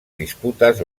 disputes